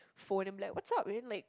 phone and be like what's up and then like